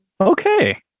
Okay